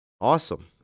Awesome